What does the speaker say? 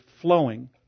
flowing